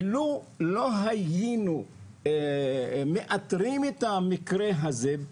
לו לא היינו מאתרים את המקרה הזה,